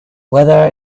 weather